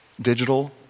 digital